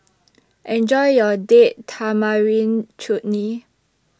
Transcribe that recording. Enjoy your Date Tamarind Chutney